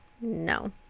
No